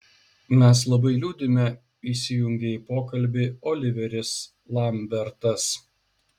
mes labai liūdime įsijungė į pokalbį oliveris lambertas